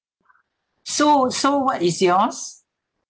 so so what is yours